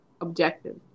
objective